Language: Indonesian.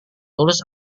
tulus